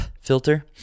filter